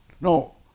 No